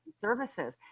services